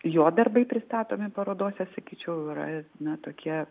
jo darbai pristatomi parodose sakyčiau yra na tokie